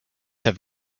have